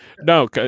no